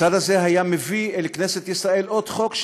הצד הזה היה מביא אל כנסת ישראל עוד חוק,